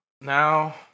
now